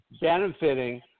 benefiting